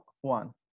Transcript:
one